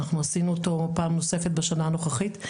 אנחנו עשינו אותו פעם נוספת בשנה הנוכחית.